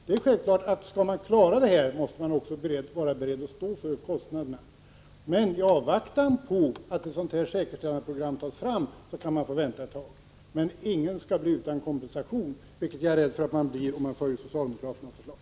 Det är givet att skall man klara det här måste man också vara beredd att stå för kostnaderna. I avvaktan på att ett sådant här säkerställandeprogram tas fram kan man få vänta ett tag, men ingen skall bli utan kompensation, vilket jag är rädd blir följden om man följer socialdemokraternas förslag.